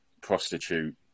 prostitute